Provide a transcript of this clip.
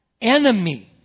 enemy